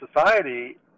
society